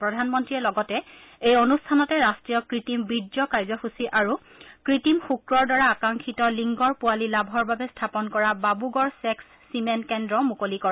প্ৰধানমন্ত্ৰীয়ে লগতে এই অনুষ্ঠানতে ৰাট্টীয় কৃত্ৰিম বীৰ্য কাৰ্যসূচী আৰু কৃত্ৰিম শুক্ৰৰ দ্বাৰা আকাংক্ষিত লিংগৰ পোৱালি লাভৰ বাবে স্থাপন কৰা বাবুগড় ছেক্স ছিমেন কেন্দ্ৰও মুকলি কৰে